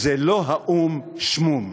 זה לא האו"ם שמום".